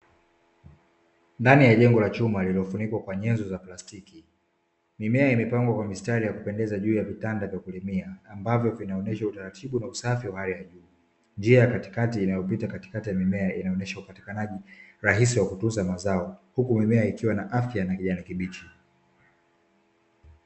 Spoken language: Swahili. Ndani ya jengo la chuma lililofunikwa kwa nyenzo za plastiki, mimea imepangwa kwa mistari ya kupendeza juu ya vitanda vya kulimia ambavyo vinaonyesha utaratibu na usafi wa hali ya juu, njia katikati inayopita katikati ya mimea inaonyesha upatikanaji rahisi wa kutunza mazao , huku mimea ikiwa na afya na kijani kibichi.